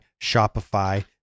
Shopify